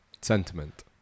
sentiment